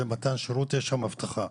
יש שם אבטחה.